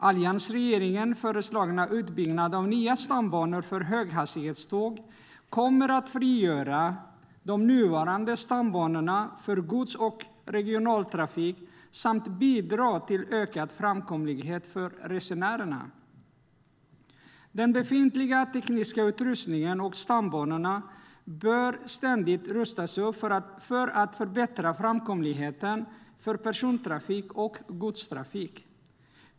Alliansregeringens föreslagna utbyggnad av nya stambanor för höghastighetståg kommer att frigöra de nuvarande stambanorna för gods och regionaltrafik samt bidra till ökad framkomlighet för resenärerna. Den befintliga tekniska utrustningen och stambanorna bör ständigt rustas upp för att förbättra framkomligheten för persontrafik och godstrafik.